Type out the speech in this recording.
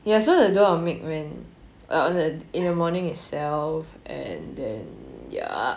ya so the dough I will make when err in the morning itself and then ya